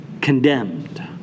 condemned